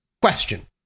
Question